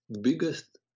biggest